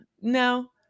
no